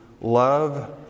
love